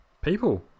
People